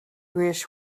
wish